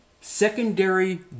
secondary